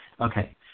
Okay